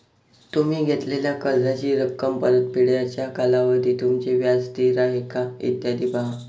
तुम्ही घेतलेल्या कर्जाची रक्कम, परतफेडीचा कालावधी, तुमचे व्याज स्थिर आहे का, इत्यादी पहा